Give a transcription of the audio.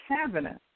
cabinet